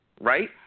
right